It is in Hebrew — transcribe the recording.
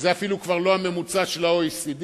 זה אפילו כבר לא הממוצע של ה-OECD,